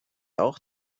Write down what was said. auch